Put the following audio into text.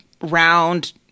round